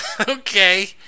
okay